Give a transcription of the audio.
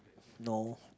no